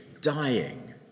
dying